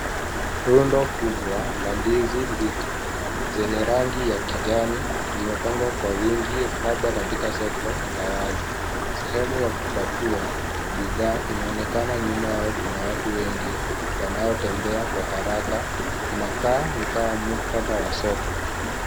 Rundo kubwa la ndizi mbichi, zenye rangi ya kijani, zimepangwa kwa wingi labda katika soko la wazi. Sehemu ya kupakua bidhaa inaonekana. Nyuma yao, kuna watu wengi wanaotembea kwa haraka. Inakaa ni kama muktadha wa soko.